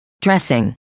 dressing